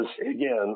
again